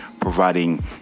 providing